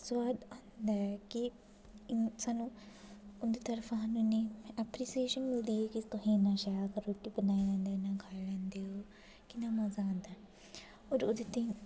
सोआद आंदा ऐ की सानूं उं'दी तरफ़ा इ'न्नी एप्रिसिएशन मिलदी ऐ की तुसें इ'न्ना शैल रुट्टी बनाई लैंदे न इ'न्ना खाई लैंदे ओ कि'न्ना मज़ा आंदा ऐ होर ओह्दे ताहीं